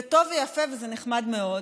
זה טוב ויפה וזה נחמד מאוד,